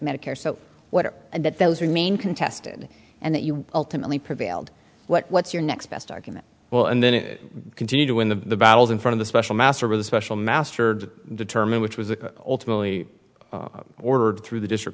medicare so what are those remain contested and that you ultimately prevailed what what's your next best argument well and then continue to win the battles in front of the special master or the special mastered determine which was a ultimately ordered through the district